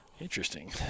interesting